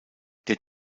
der